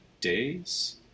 days